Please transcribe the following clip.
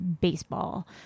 baseball